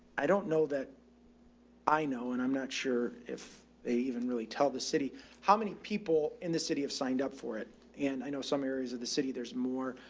i don't know that i know and i'm not sure if they even really tell the city how many people in the city have signed up for it. and i know some areas of the city, there's more,